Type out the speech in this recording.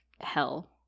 hell